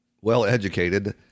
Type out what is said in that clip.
well-educated